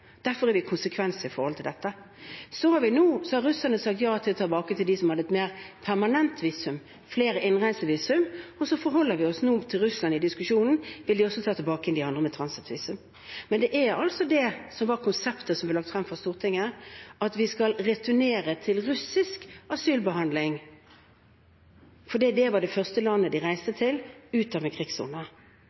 Derfor er vi konsekvente i forholdet til dette. Så har russerne sagt ja til å ta tilbake de som har et mer permanent visum, flere innreisevisum. Vi forholder oss nå til Russland i diskusjonen om de også vil ta tilbake igjen de andre med transittvisum. Men det var altså det som var konseptet som ble lagt frem for Stortinget, at vi skal returnere til russisk asylbehandling, fordi det var det første landet de reiste til,